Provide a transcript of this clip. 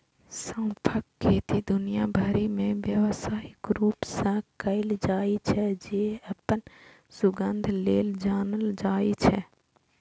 सौंंफक खेती दुनिया भरि मे व्यावसायिक रूप सं कैल जाइ छै, जे अपन सुगंध लेल जानल जाइ छै